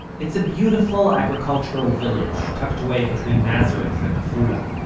it's a beautiful agricultural village, tucked away between nazareth and afula,